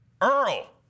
Earl